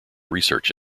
research